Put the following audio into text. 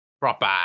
Proper